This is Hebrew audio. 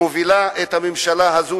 מובילה את הממשלה הזאת